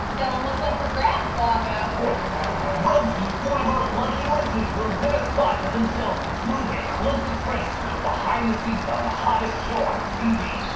tell them what's up for grabs, bongo well, toot, one of our lucky listeners will win a spot for themselves and two of their closest friends to go behind the scenes on the hottest show on tv.